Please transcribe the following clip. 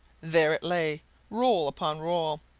there it lay roll upon roll,